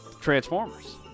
Transformers